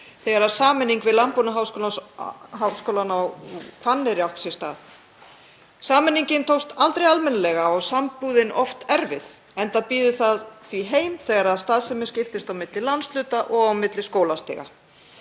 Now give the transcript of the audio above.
þar til sameining við Landbúnaðarháskólann á Hvanneyri átti sér stað. Sameiningin tókst aldrei almennilega og sambúðin oft erfið enda býður það því heim þegar starfsemin skiptist á milli landshluta og milli skólastiga.